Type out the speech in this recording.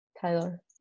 Tyler